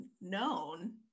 known